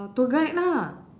tour guide lah